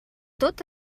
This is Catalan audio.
tot